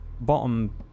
bottom